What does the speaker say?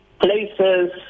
places